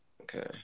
Okay